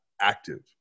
active